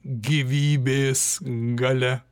gyvybės galia